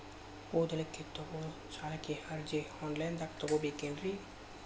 ಓದಲಿಕ್ಕೆ ತಗೊಳ್ಳೋ ಸಾಲದ ಅರ್ಜಿ ಆನ್ಲೈನ್ದಾಗ ತಗೊಬೇಕೇನ್ರಿ?